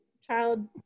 child